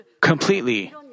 completely